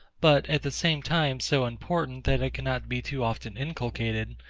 but at the same time so important that it cannot be too often inculcated,